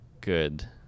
good